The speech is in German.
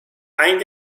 ein